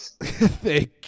thank